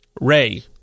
Ray